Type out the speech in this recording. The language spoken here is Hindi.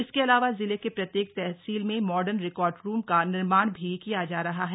इसके अलावा जिले के प्रत्येक तहसील में मॉर्डन रिकॉर्ड रूम का निर्माण भी किया जा रहा है